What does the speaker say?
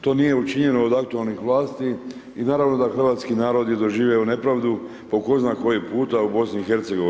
To nije učinjeno od aktualnih vlasti i naravno da hrvatski narodi doživljaju nepravdu po ko zna koji puta u BiH.